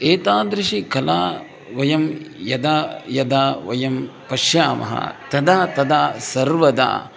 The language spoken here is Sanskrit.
एतादृशी कला वयं यदा यदा वयं पश्यामः तदा तदा सर्वदा